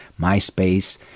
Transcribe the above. MySpace